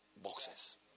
Boxes